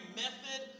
method